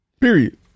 Period